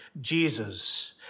Jesus